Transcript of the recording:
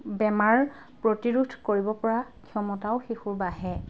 বেমাৰ প্ৰতিৰোধ কৰিবপৰা ক্ষমতাও শিশুৰ বাঢ়ে